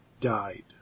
died